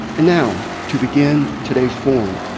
and now, to begin today's forum,